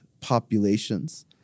populations